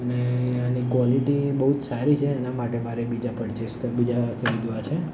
અને આની ક્વોલિટી બહુ જ સારી છે એના માટે મારે બીજા પરચેસ બીજા ખરીદવા છે